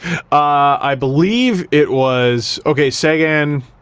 i believe it was. okay, seguin,